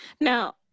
Now